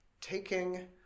taking